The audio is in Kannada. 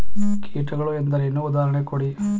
ಕೀಟಗಳು ಎಂದರೇನು? ಉದಾಹರಣೆ ಕೊಡಿ?